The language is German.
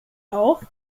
auch